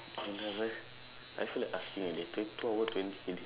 I never I feel like asking again twen~ two hour twenty minute